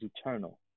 eternal